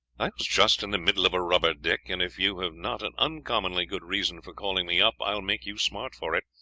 i was just in the middle of a rubber, dick, and if you have not an uncommonly good reason for calling me up i will make you smart for it,